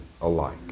alike